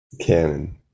Canon